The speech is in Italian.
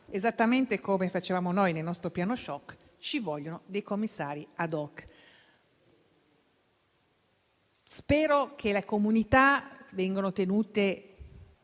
esattamente come prevedevamo noi nel nostro piano *shock*, ci vogliono commissari *ad hoc*. Spero che le comunità vengano ascoltate